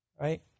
right